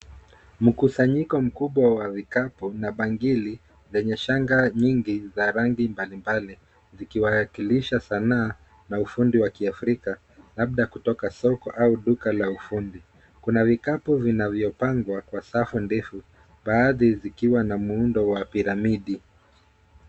Mkusanyiko mkubwa wa vikapu na bangili, lenye shanga nyingi, za rangi mbali mbali. Zikiwakilisha sanaa na ufundi wa kiafrika ,labda kutoka soko au duka la ufundi. kuna vikapu ,vinavyopangwa kwa safu ndefu. Baadhi zikiwa na muundo wa piramidi.